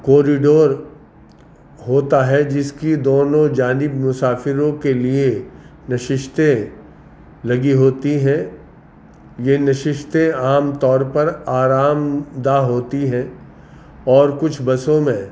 corridor ہوتا ہے جس کی دونوں جانب مسافروں کے لیے نششتیں لگی ہوتی ہیں یہ نششتیں عام طور پر آرام دہ ہوتی ہیں اور کچھ بسوں میں